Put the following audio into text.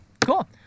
cool